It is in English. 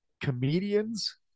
comedians